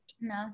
No